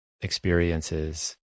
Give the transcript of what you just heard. experiences